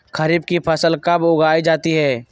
खरीफ की फसल कब उगाई जाती है?